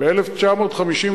ב-1956